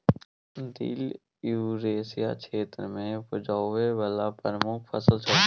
दिल युरेसिया क्षेत्र मे उपजाबै बला प्रमुख फसल छै